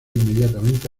inmediatamente